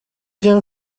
wiem